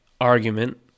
argument